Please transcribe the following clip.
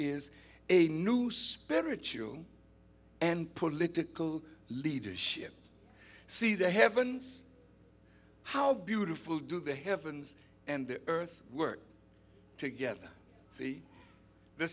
is a new spiritual and political leadership see the heavens how beautiful do the heavens and the earth work together see the